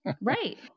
Right